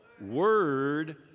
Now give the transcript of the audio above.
word